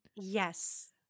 yes